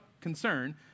concern